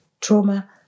Trauma